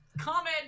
comment